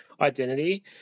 identity